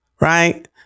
right